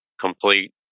complete